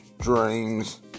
dreams